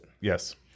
Yes